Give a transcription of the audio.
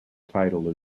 title